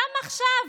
גם עכשיו,